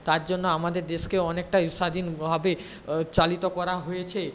তার জন্য আমাদের দেশকে অনেকটাই স্বাধীনভাবে চালিত করা হয়েছে